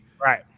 Right